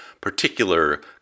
particular